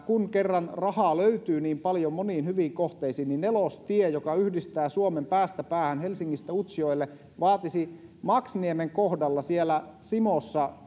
kun kerran rahaa löytyy niin paljon moniin hyviin kohteisiin niin nelostie joka yhdistää suomen päästä päähän helsingistä utsjoelle vaatisi maksniemen kohdalla simossa